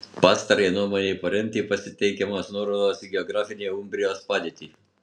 pastarajai nuomonei paremti pasitelkiamos nuorodos į geografinę umbrijos padėtį